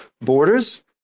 borders